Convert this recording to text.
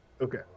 Okay